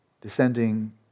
descending